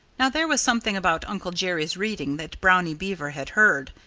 now, there was something about uncle jerry's reading that brownie beaver had heard.